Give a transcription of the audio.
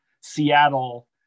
Seattle